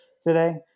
today